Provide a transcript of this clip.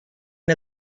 and